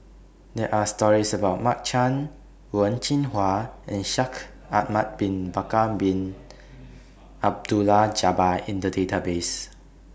There Are stories about Mark Chan Wen Jinhua and Shaikh Ahmad Bin Bakar Bin Abdullah Jabbar in The Database